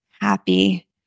happy